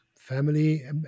family